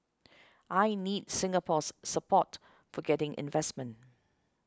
I need Singapore's support for getting investment